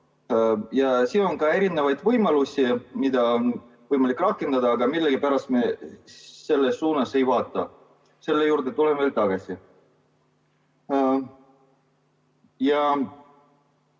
Siin on ka erinevaid võimalusi, mida on võimalik rakendada, aga millegipärast me selles suunas ei vaata. Selle juurde ma tulen veel tagasi. Kui